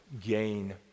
gain